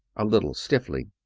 a little stiffly.